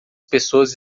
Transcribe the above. pessoas